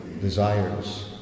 desires